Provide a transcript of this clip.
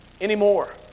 anymore